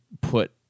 put